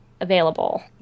available